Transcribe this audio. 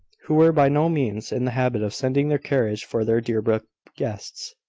who were by no means in the habit of sending their carriage for their deerbrook guests.